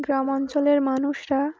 গ্রাম অঞ্চলের মানুষরা